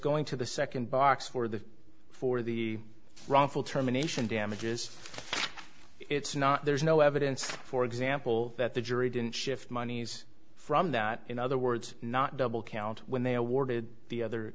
going to the second box for the for the wrongful termination damages it's not there's no evidence for example that the jury didn't shift monies from that in other words not double count when they awarded the other